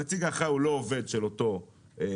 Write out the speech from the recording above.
הנציג האחראי הוא לא עובד של אותו מפעל